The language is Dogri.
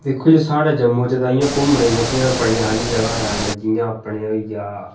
दिक्खो जी स्हाड़े जम्मू तां जेह्कियां घूमने गी बड़ियां सारियां जगह हैन जियां अपने होई गेआ